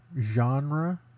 genre